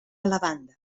lavanda